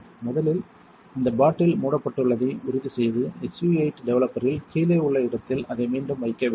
முதலில் இந்த பாட்டில் மூடப்பட்டுள்ளதை உறுதிசெய்து SU 8 டெவலப்பரில் கீழே உள்ள இடத்தில் அதை மீண்டும் வைக்க வேண்டும்